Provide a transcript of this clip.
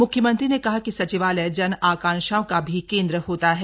म्ख्यमंत्री ने कहा कि सचिवालय जन आकांक्षाओं का भी केन्द्र होता है